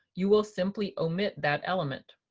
you will simply omit that element.